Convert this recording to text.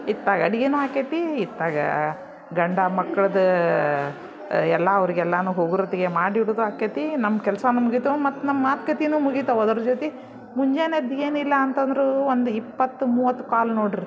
ಇತ್ತಾಗ ಅಡುಗೆನೂ ಆಕೈತಿ ಇತ್ತಾಗ ಗಂಡ ಮಕ್ಳದ್ದು ಎಲ್ಲ ಅವ್ರ್ಗೆಲ್ಲನೂ ಹೋಗೋರೊತ್ತಿಗೆ ಮಾಡಿಡುವುದೂ ಆಕೈತಿ ನಮ್ಮ ಕೆಲ್ಸವೂ ಮುಗಿಯಿತು ಮತ್ತು ನಮ್ಮ ಮಾತ್ಕತೆನೂ ಮುಗಿತವೆ ಅದ್ರ ಜೊತೆ ಮುಂಜಾನೆಯದು ಏನಿಲ್ಲ ಅಂತಂದರೂ ಒಂದು ಇಪ್ಪತ್ತು ಮೂವತ್ತು ಕಾಲ್ ನೋಡಿರಿ